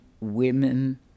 women